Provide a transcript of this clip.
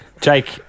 Jake